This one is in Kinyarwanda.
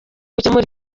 gukemura